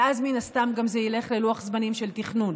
ואז מן הסתם זה גם ילך ללוח זמנים של תכנון.